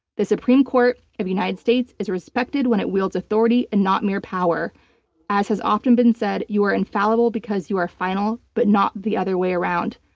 the supreme court of the united states is respected when it wields authority and not mere power as has often been said, you are infallible because you are final but not the other way around.